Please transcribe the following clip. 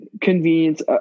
Convenience